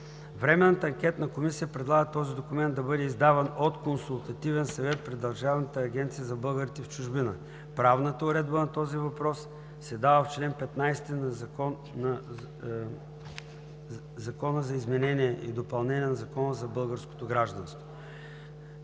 Временната анкетна комисия предлага този документ да бъде издаван от Консултативен съвет при Държавната агенция за българите в чужбина. Правната уредба на този въпрос се дава в чл. 15 на Закона за българското гражданство.